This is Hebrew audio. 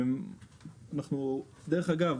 דרך אגב,